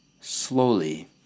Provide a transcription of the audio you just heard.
slowly